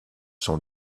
sont